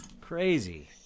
Crazy